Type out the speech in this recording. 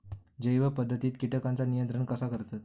जैव पध्दतीत किटकांचा नियंत्रण कसा करतत?